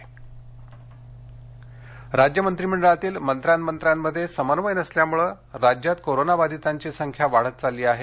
फडणवीस राज्य मंत्रीमंडळातील मंत्र्या मंत्र्यामध्ये समन्वय नसल्यामुळे राज्यात कोरोना बाधितांची संख्या वाढत चालली आहे